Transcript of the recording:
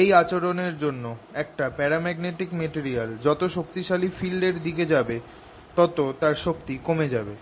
এই আচরণ এর জন্য একটা প্যারাম্যাগনেটিক মেটেরিয়াল যত শক্তিশালি ফিল্ড এর দিকে যাবে তত তার শক্তি কমে যাবে